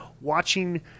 watching